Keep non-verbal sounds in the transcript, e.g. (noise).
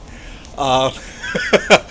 (breath) uh (laughs)